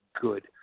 good